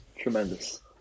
tremendous